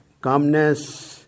calmness